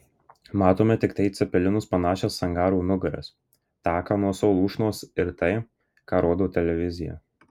matome tiktai į cepelinus panašias angarų nugaras taką nuo savo lūšnos ir tai ką rodo televizija